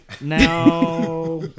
now